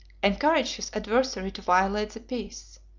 encouraged his adversary to violate the peace.